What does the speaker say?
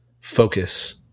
focus